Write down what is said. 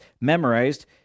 memorized